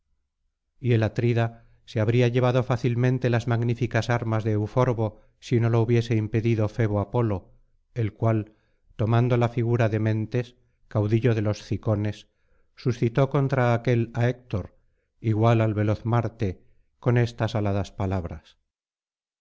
y el atrida se habría llevado fácilmente las magníficas armas de euforbo si no lo hubiese impedido febo apolo el cual tomando la figura de mentes caudillo de los cicones suscitó contra aquél á héctor igual al veloz marte con estas aladas palabras